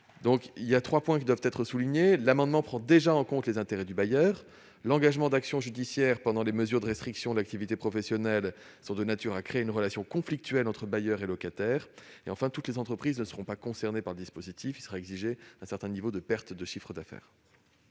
souligner trois points : l'amendement vise déjà à prendre en compte les intérêts du bailleur ; l'engagement d'actions judiciaires pendant les mesures de restriction de l'activité professionnelle est de nature à créer une relation conflictuelle entre bailleurs et locataires ; enfin, toutes les entreprises ne seront pas concernées par le dispositif : un certain niveau de pertes de chiffre d'affaires